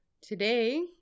Today